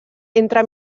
entre